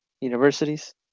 universities